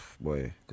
boy